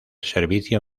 servicio